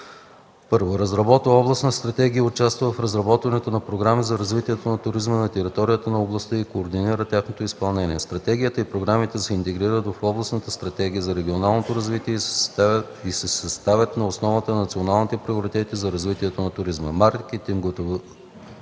1. разработва областната стратегия и участва в разработването на програми за развитието на туризма на територията на областта и координира тяхното изпълнение; стратегията и програмите се интегрират в областната стратегия за регионално развитие и се съставят на основата на националните приоритети за развитие на туризма, маркетинговата